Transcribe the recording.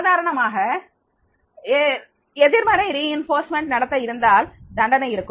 சாதாரணமாக எதிர்மறை வலுவூட்டல் நடத்தை இருந்தால் தண்டனை இருக்கும்